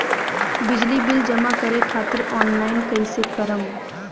बिजली बिल जमा करे खातिर आनलाइन कइसे करम?